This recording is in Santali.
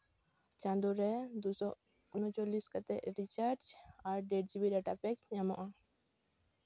ᱪᱟᱸᱫᱳᱨᱮ ᱫᱩᱥᱚ ᱩᱱᱚᱪᱚᱞᱞᱤᱥ ᱠᱟᱛᱮ ᱨᱤᱪᱟᱨᱡᱽ ᱟᱨ ᱰᱮᱲ ᱡᱤᱵᱤ ᱰᱟᱴᱟ ᱯᱮᱹᱠ ᱧᱟᱢᱚᱜᱼᱟ